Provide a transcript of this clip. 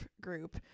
group